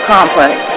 Complex